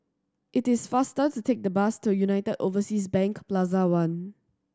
it is faster to take the bus to United Overseas Bank Plaza One